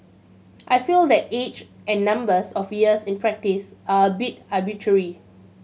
I feel that age and numbers of years in practice are a bit arbitrary